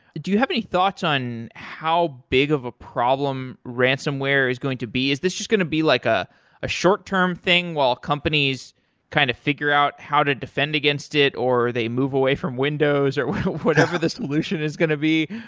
do you have any thoughts on how big of a problem ransomware is going to be? is this just going to be like ah a short-term thing while companies kind of figure out how to defend against it or they move away from windows or whatever the solution is going to be?